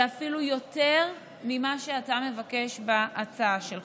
זה אפילו יותר ממה שאתה מבקש בהצעה שלך.